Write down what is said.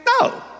No